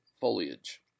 foliage